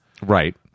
Right